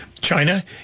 china